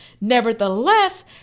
nevertheless